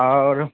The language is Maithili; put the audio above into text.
आओर